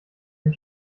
den